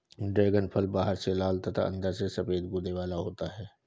dragon फल बाहर से लाल तथा अंदर से सफेद गूदे वाला होता है